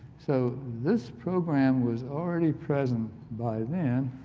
so, this program was already present by then,